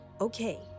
Okay